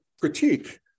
critique